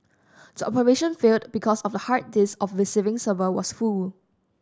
the operation failed because of hard disk of the receiving server was full